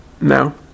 No